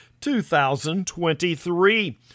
2023